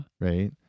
Right